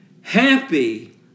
happy